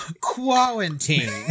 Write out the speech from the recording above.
Quarantine